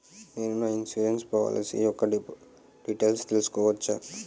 నేను నా insurance policy యెక్క డీటైల్స్ తెల్సుకోవచ్చా?